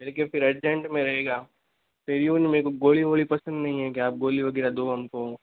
घर के फिर अर्जेंट में आइयेगा फिर हमको गोली वोली पसंद नही है गोली वोली वगैरह दो हमको